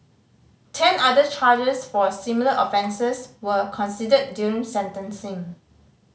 ten other charges for similar offences were considered during sentencing